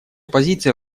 позиция